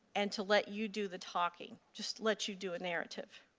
and to let you do the talking? just let you do a narrative?